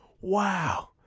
Wow